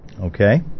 Okay